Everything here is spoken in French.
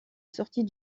sortie